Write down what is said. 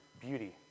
beauty